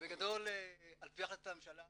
בגדול על פי החלטת הממשלה